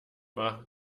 war